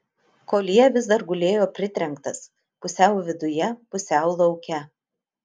koljė vis dar gulėjo pritrenktas pusiau viduje pusiau lauke